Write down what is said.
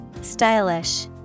Stylish